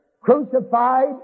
crucified